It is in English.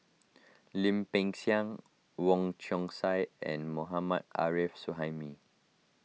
Lim Peng Siang Wong Chong Sai and Mohammad Arif Suhaimi